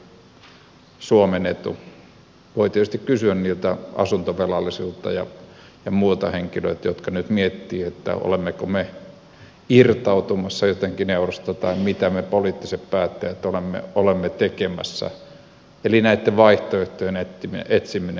voi tietysti kysyä niiltä asuntovelallisilta ja muilta henkilöiltä jotka nyt miettivät olemmeko me irtautumassa jotenkin eurosta tai mitä me poliittiset päättäjät olemme tekemässä eli näitten vaihtoehtojen etsiminen